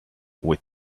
with